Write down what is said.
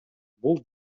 бул